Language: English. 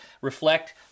reflect